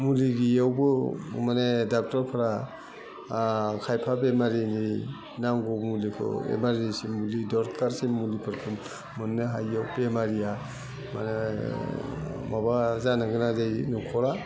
मुलि गोयियावबो माने डाक्टरफ्रा खायफा बेमारिनि नांगौ मुलिखौ इमारजेन्सि मुलि दरखारसि मुलिफोरखौ मोन्नो हायियाव बेमारिया माने माबा जानो गोनां जायो नख'रा